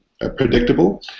predictable